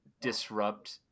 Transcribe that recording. disrupt